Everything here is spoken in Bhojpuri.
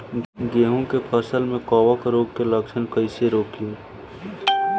गेहूं के फसल में कवक रोग के लक्षण कईसे रोकी?